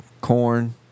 Corn